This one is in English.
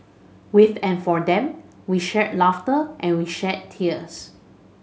with and for them we shared laughter and we shed tears